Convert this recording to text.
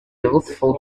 youthful